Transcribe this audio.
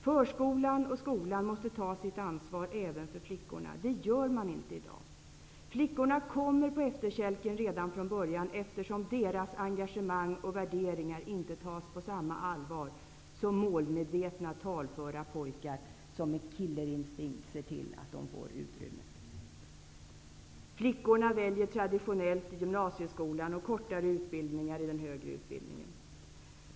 Förskolan och skolan måste ta sitt ansvar även för flickorna. Det görs inte i dag. Flickorna kommer på efterkälken redan från början, eftersom deras engagemang och värderingar inte tas på samma allvar som målmedvetna, talföra pojkar, som med ''killerinstinkt'' ser till att de får utrymme. Flickorna väljer traditionellt gymnasieskolan och kortare utbildningar i den högre utbildningen.